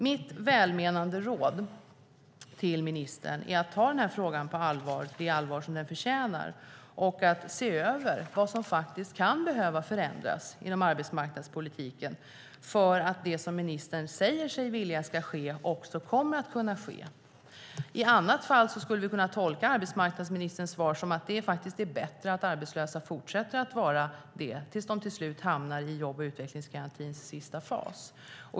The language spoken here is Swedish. Mitt välmenande råd till ministern är att ta den här frågan på det allvar som den förtjänar och se över vad som kan behöva förändras inom arbetsmarknadspolitiken för att det som ministern säger sig vilja ska ske också kommer att kunna ske. I annat fall skulle vi kunna tolka arbetsmarknadsministerns svar som att det är bättre att arbetslösa fortsätter att vara arbetslösa tills de till slut hamnar i jobb och utvecklingsgarantins sista fas.